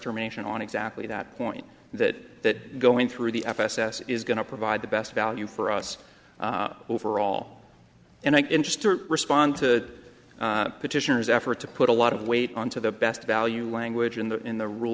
termination on exactly that point that going through the f s s is going to provide the best value for us overall and i interest to respond to petitioners effort to put a lot of weight on to the best value language in the in the rule